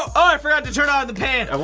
i forgot to turn on the pan.